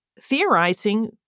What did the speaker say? theorizing